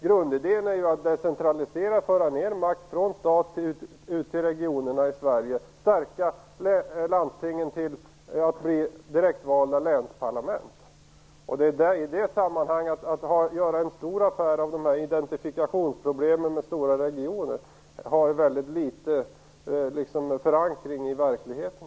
Grundidén är ju att decentralisera och föra ned makt från staten ut till regionerna i Sverige och stärka landstingen till att bli direktvalda länsparlament. Att i det sammanhanget göra en stor affär av identifikationsproblemen med stora regioner har väldigt liten förankring i verkligheten.